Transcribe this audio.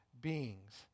beings